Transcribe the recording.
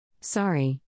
Sorry